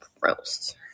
gross